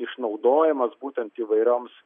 išnaudojimas būtent įvairioms